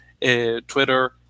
Twitter